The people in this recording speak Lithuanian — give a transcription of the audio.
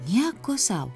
nieko sau